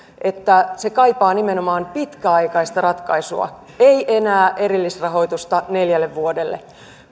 että se kaipaa nimenomaan pitkäaikaista ratkaisua ei enää erillisrahoitusta neljälle vuodelle